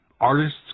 artists